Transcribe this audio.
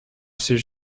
ces